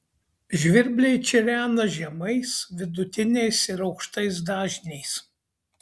žvirbliai čirena žemais vidutiniais ir aukštais dažniais